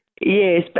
Yes